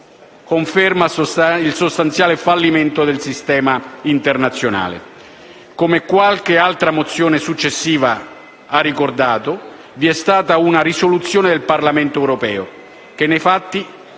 conferma il sostanziale fallimento del sistema internazionale. Come qualche altra mozione successiva ha ricordato, vi è stata una risoluzione del Parlamento europeo, che nei fatti